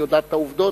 היא יודעת את העובדות,